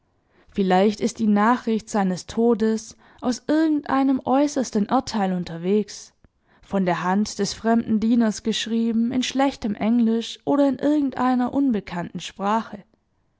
vielleicht ist die nachricht seines todes aus irgendeinem äußersten erdteil unterwegs von der hand des fremden dieners geschrieben in schlechtem englisch oder in irgendeiner unbekannten sprache